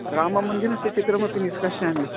राममन्दिरस्य चित्रमपि निष्कसयामि